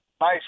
nice